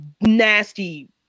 nasty